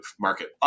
market